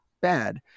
bad